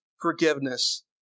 forgiveness